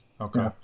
okay